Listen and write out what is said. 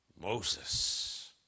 Moses